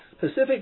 Pacific